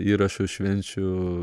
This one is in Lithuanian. įrašus švenčių